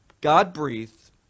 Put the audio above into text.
God-breathed